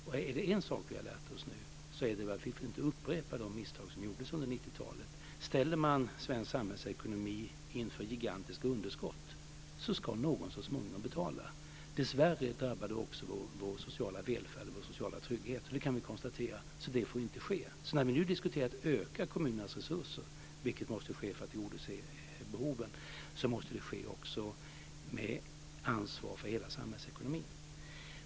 Och är det en sak vi nu har lärt oss så är det att vi inte får upprepa de misstag som gjordes under 90-talet. Ställer man svensk samhällsekonomi inför gigantiska underskott ska någon så småningom betala. Dessvärre drabbar det också vår sociala välfärd och vår sociala trygghet. Det kan vi konstatera, och det får inte ske. När vi nu diskuterar att öka kommunernas resurser, vilket måste göras för att tillgodose behoven, måste det ske med ansvar för hela samhällsekonomin.